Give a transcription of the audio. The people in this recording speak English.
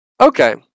Okay